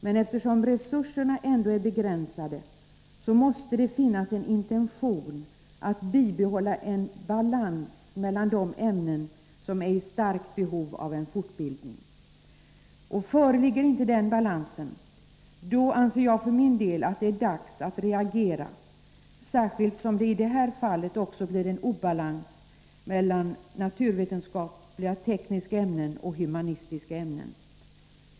Men eftersom resurserna ändå är begränsade måste det finnas en intention att bibehålla en balans mellan de ämnen i vilka det föreligger ett starkt behov av fortbildning. Om inte den balansen föreligger, då anser jag att det är dags att reagera — särskilt som det i det här fallet också blir fråga om en obalans mellan naturvetenskapliga/tekniska ämnen och humanistiska ämnen.